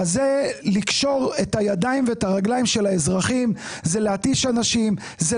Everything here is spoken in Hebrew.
זה לקשור את הידיים ואת הרגליים של האזרחים; זה להתיש אנשים; זה